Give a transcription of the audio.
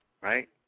Right